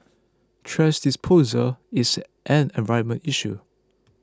thrash disposal is an environmental issue